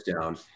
down